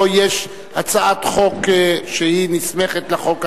יש לו הצעה שנצמדת לחוק הזה.